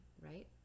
right